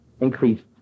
increased